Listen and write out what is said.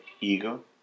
ego